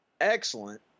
excellent